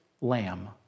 lamb